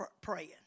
praying